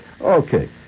Okay